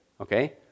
okay